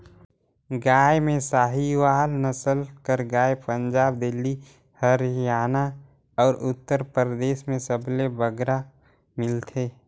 गाय में साहीवाल नसल कर गाय पंजाब, दिल्ली, हरयाना अउ उत्तर परदेस में सबले बगरा मिलथे